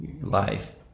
life